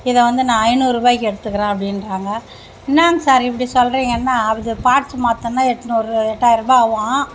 இதை வந்து நான் ஐநூறுவாய்க்கு எடுத்துக்கறேன் அப்படின்டாங்க என்னாங்க சார் இப்படி சொல்றீங்கன்னா அது பார்ட்ஸு மாற்றன்னா எட்நூறு எட்டாயருபா ஆவும்